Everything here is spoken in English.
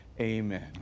Amen